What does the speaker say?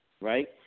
right